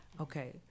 Okay